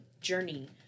journey